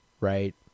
right